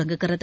தொடங்குகிறது